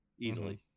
easily